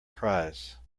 prize